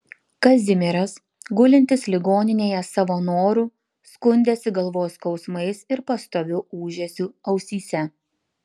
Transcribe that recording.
kazimieras gulintis ligoninėje savo noru skundėsi galvos skausmais ir pastoviu ūžesiu ausyse